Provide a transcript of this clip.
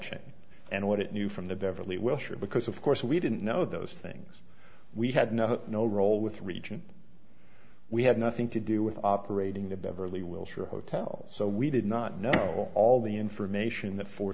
chain and what it knew from the beverly wilshire because of course we didn't know those things we had no no role with region we had nothing to do with operating the beverly wilshire hotel so we did not know all the information the four